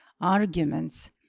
arguments